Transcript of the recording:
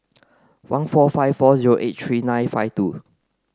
one four five four zero eight three nine five two